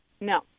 No